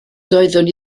doeddwn